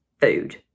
food